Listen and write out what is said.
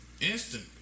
instant